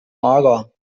mager